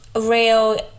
real